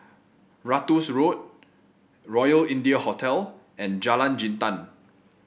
Ratus Road Royal India Hotel and Jalan Jintan